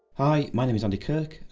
hi, my name is andy kirk,